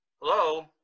Hello